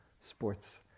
sports